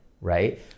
right